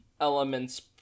elements